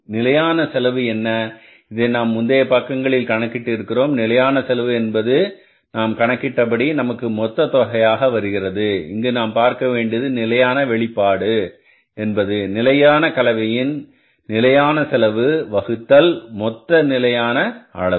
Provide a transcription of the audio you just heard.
நிலையான செலவு என்ன இதை நாம் முந்தைய பக்கங்களில் கணக்கிட்டு இருக்கிறோம் நிலையான செலவு என்பது நாம் கணக்கிட படி நமக்கு மொத்த தொகையாக வருகிறது இங்கு நாம் பார்க்க வேண்டியது நிலையான வெளிப்பாடு என்பது நிலையான கலவையின் நிலையான செலவு வகுத்தல் மொத்த நிலையான அளவு